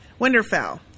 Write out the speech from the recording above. Winterfell